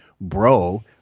bro